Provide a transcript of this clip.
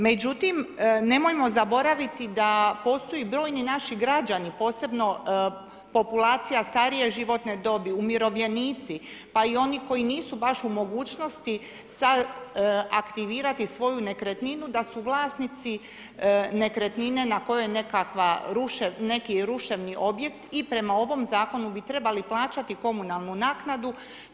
Međutim, nemojmo zaboraviti da postoje i brojni naši građani posebno populacija starije životne dobi, umirovljenici pa i oni koji nisu baš u mogućnosti aktivirati svoju nekretninu da su vlasnici nekretnine na kojoj je nekakav ruševni objekt i prema ovom zakonu bi trebali plaćati komunalnu naknadu.